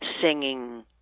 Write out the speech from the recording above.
singing